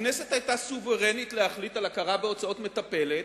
הכנסת היתה סוברנית להחליט על הכרה בהוצאות מטפלת.